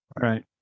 right